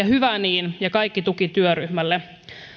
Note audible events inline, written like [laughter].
[unintelligible] hyvä niin ja kaikki tuki työryhmälle